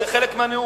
זה חלק מהנאום.